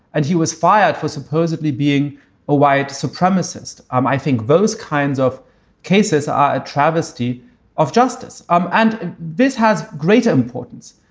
and he was fired for supposedly being a white supremacist. um i think those kinds of cases are a travesty of justice. um and this has great importance,